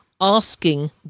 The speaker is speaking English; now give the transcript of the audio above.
asking